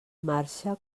marxa